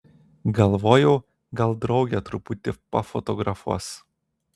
galvojau gal draugė truputį pafotografuos